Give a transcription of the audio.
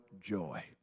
joy